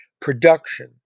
production